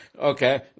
Okay